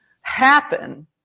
happen